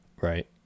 right